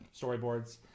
storyboards